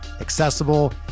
accessible